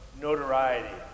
notoriety